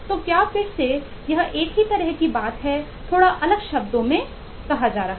तो क्या फिर से यह एक ही तरह की बात है थोड़ा अलग शब्दों में कहा जा रहा है